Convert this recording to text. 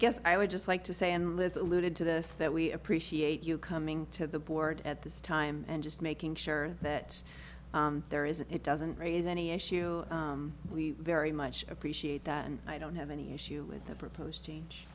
guess i would just like to say and little alluded to this that we appreciate you coming to the board at this time and just making sure that there isn't it doesn't raise any issue we very much appreciate that and i don't have any issue with the proposed change